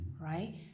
right